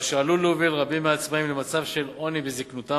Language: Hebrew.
מה שעלול להוביל רבים מהעצמאים למצב של עוני בזיקנתם.